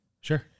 Sure